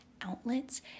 outlets